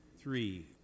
Three